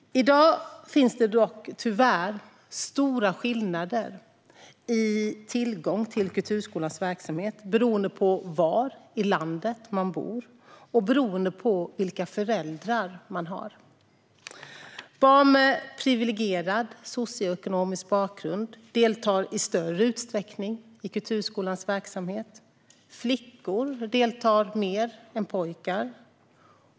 I dag finns det tyvärr dock stora skillnader i tillgången till kulturskolans verksamhet beroende på var i landet man bor och beroende på vilka föräldrar man har. Barn med en privilegierad socioekonomisk bakgrund deltar i större utsträckning i kulturskolans verksamhet. Flickor deltar mer än pojkar.